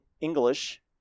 English